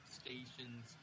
stations